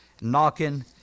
knocking